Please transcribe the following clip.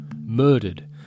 murdered